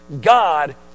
God